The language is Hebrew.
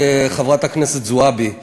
חברת הכנסת זועבי,